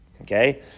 Okay